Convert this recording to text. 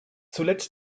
zuletzt